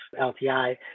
LTI